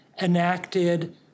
enacted